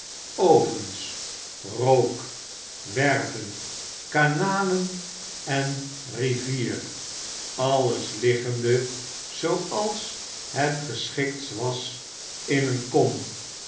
ovens rook werven kanalen en rivier alles liggendl zooals het geschiktst was in een kom